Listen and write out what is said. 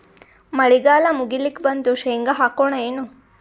ಮಳಿಗಾಲ ಮುಗಿಲಿಕ್ ಬಂತು, ಶೇಂಗಾ ಹಾಕೋಣ ಏನು?